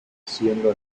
siendo